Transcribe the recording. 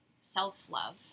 self-love